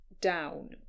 down